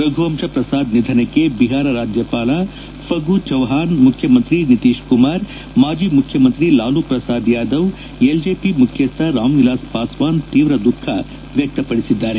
ರಘುವಂಶ್ ಪ್ರಸಾದ್ ನಿಧನಕ್ಕೆ ಬಿಹಾರ ರಾಜ್ಯಪಾಲ ಫಗು ಚೌಹಾನ್ ಮುಖ್ಯಮಂತ್ರಿ ನಿತೀಶ್ ಕುಮಾರ್ ಮಾಜಿ ಮುಖ್ಯಮಂತ್ರಿ Lalu Prasad Yadav L J P ಮುಖ್ಯಸ್ವ ರಾಮ್ ವಿಲಾಸ್ ಪಾಸ್ವಾನ್ ತೀವ್ರ ದುಃಖ ವ್ಯಕ್ತಪಡಿಸಿದ್ದಾರೆ